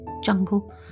jungle